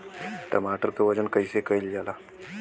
टमाटर क वजन कईसे कईल जाला?